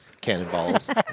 Cannonballs